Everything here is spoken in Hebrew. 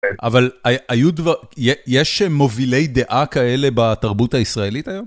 אבל היו דבר... יש מובילי דעה כאלה בתרבות הישראלית היום?